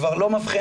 כבר לא מבחנה,